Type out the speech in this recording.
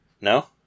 No